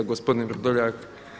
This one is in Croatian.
Gospodine Vrdoljak.